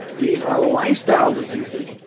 these are lifestyle diseases,